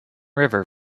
river